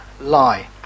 lie